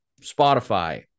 Spotify